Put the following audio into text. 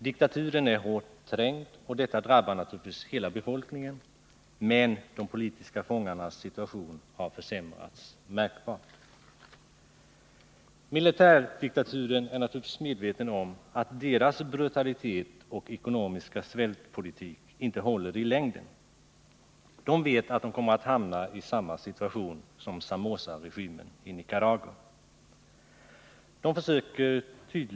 Diktaturen är hårt trängd, och detta drabbar naturligtvis hela befolkningen, men särskilt de politiska fångarna. Deras situation har försämrats märkbart. Militärdiktaturen är naturligtvis medveten om att dess brutalitet och ekonomiska svältpolitik inte håller i längden. De vet att de kommer att hamna i samma situation som Somosaregimen i Nicaragua.